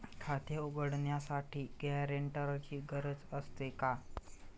खाते उघडण्यासाठी गॅरेंटरची गरज असते का?